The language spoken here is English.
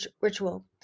ritual